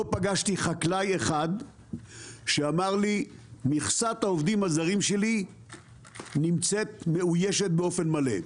לא פגשתי חקלאי אחד שאמר לי מכסת העובדים הזרים שלי מאוישת באופן מלא.